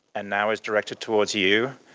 and now is directed towards you.